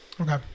Okay